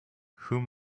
whom